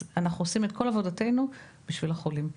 אנחנו עושים את כל עבודתנו בשביל החולים.